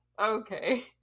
okay